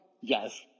Yes